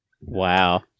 Wow